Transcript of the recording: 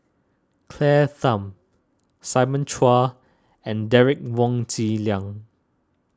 Claire Tham Simon Chua and Derek Wong Zi Liang